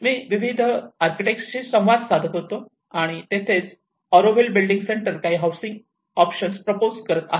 मी विविध आर्किटेक्ट्सशी संवाद साधत होतो आणि तिथेच ऑरोव्हिल बिल्डिंग सेंटर काही हाउसिंग ऑप्शन प्रपोज करत आहे